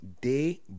Day